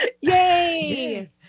Yay